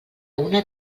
una